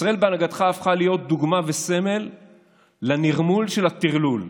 ישראל בהנהגתך הפכה להיות דוגמה וסמל לנרמול של הטרלול,